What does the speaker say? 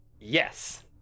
Yes